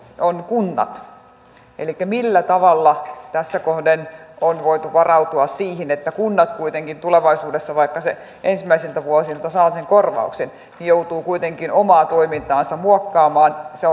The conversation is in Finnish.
on kunnat elikkä se millä tavalla tässä kohden on voitu varautua siihen että kunnat kuitenkin tulevaisuudessa vaikka ne ensimmäisiltä vuosilta saavat sen korvauksen joutuvat omaa toimintaansa muokkaamaan se